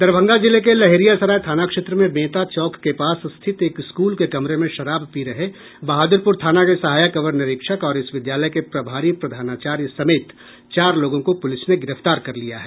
दरभंगा जिले के लहेरियासराय थाना क्षेत्र में बेंता चौक के पास स्थित एक स्कूल के कमरे में शराब पी रहे बहादुरपुर थाना के सहायक अवर निरीक्षक और इस विद्यालय के प्रभारी प्रधानाचार्य समेत चार लोगों को पुलिस ने गिरफ्तार कर लिया है